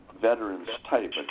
veterans-type